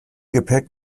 gepäck